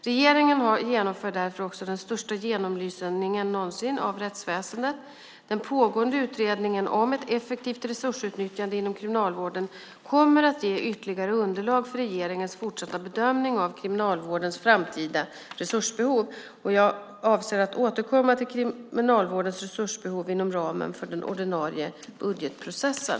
Regeringen genomför därför också den största genomlysningen någonsin av rättsväsendet. Den pågående utredningen om ett effektivt resursutnyttjande inom Kriminalvården kommer att ge ytterligare underlag för regeringens fortsatta bedömning av Kriminalvårdens framtida resursbehov. Jag avser att återkomma till Kriminalvårdens resursbehov inom ramen för den ordinarie budgetprocessen.